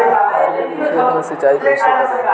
आलू के खेत मे सिचाई कइसे करीं?